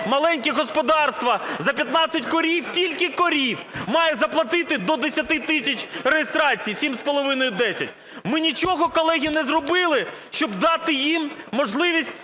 маленькі господарства за 15 корів, тільки корів, має заплатити до 10 тисяч реєстрації, 7,5 – 10. Ми нічого, колеги, не зробили, щоби дати їм можливість